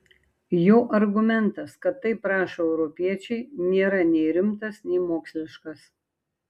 jo argumentas kad taip rašo europiečiai nėra nei rimtas nei moksliškas